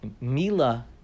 Mila